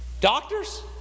Doctors